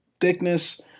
thickness